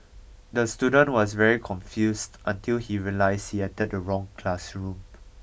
the student was very confused until he realised he entered the wrong classroom